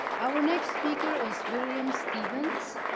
our next speaker is william stevens.